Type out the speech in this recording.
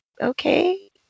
okay